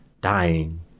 dying